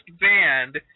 banned